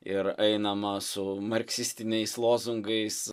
ir einama su marksistiniais lozungais